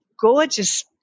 gorgeous